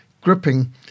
gripping